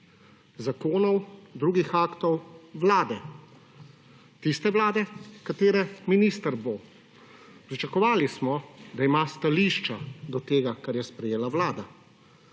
zakonov, drugih aktov Vlade, tiste Vlade, kater minister bo. Pričakovali smo, da ima stališča do tega, kar je sprejela Vlada,